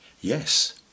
Yes